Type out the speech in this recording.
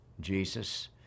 Jesus